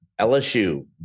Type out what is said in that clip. LSU